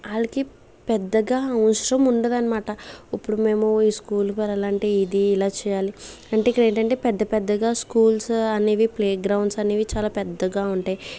ఆలకి పెద్దగా అవసరం ఉండదు అనమాట ఇప్పుడు మేము స్కూల్కి వెళ్ళాలంటే ఇది ఇలా చేయాలి అంటే ఇక్కడ ఏంటంటే పెద్ద పెద్దగా స్కూల్స్ అనేవి ప్లే గ్రౌండ్స్ అనేవి చాలా పెద్దగా ఉంటాయి